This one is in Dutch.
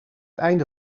einde